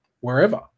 wherever